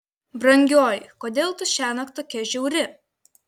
brangioji kodėl tu šiąnakt tokia žiauri